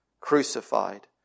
crucified